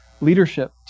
leadership